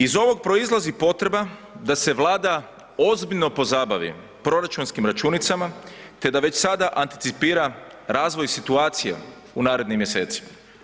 Iz ovog proizlazi potreba da se Vlada ozbiljno pozabavi proračunskim računicama te da već sada anticipira razvoj situacije u narednim mjesecima.